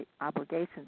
obligations